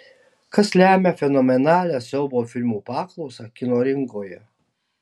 kas lemia fenomenalią siaubo filmų paklausą kino rinkoje